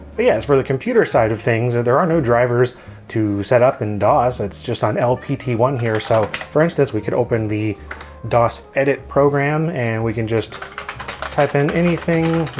yes for the computer side of things and there are no drivers to setup and dos, it's just on l p t one here. so for instance we could open the dos edit program and we can just type in anything